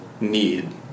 need